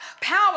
power